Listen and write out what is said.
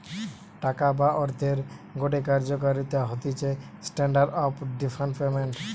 টাকা বা অর্থের গটে কার্যকারিতা হতিছে স্ট্যান্ডার্ড অফ ডেফার্ড পেমেন্ট